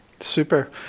super